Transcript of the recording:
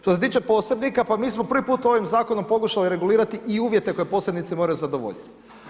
Što se tiče posrednika, pa mi smo prvi put ovim zakonom pokušali regulirati i uvjete koje posrednici moraju zadovoljiti.